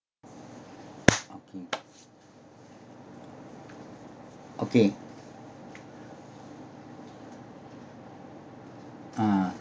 okay uh